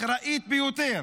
אחראית ביותר,